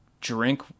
drink